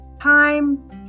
time